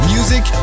Music